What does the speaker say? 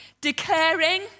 declaring